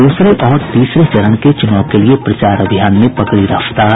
दूसरे और तीसरे चरण के चुनाव के लिए प्रचार अभियान ने पकड़ी रफ्तार